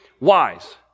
wise